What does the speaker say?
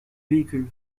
véhicules